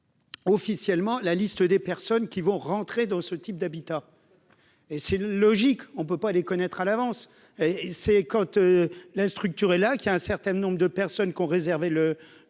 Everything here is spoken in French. officiellement la liste des personnes qui vont rentrer dans ce type d'habitat, et c'est logique, on ne peut pas les connaître à l'avance et ses côtes la structure là qu'il y a un certain nombre de personnes qui ont réservé le